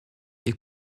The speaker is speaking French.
est